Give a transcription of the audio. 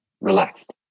relaxed